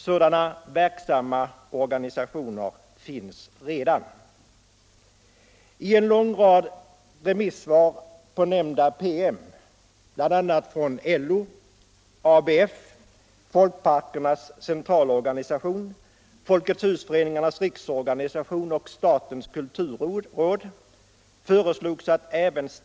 Sådana verksamma organisationer finns redan.